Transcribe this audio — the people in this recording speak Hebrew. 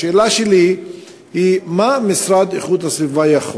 השאלה שלי היא: מה המשרד לאיכות הסביבה יכול